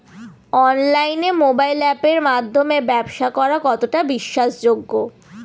অনলাইনে মোবাইল আপের মাধ্যমে ব্যাবসা করা কতটা বিশ্বাসযোগ্য?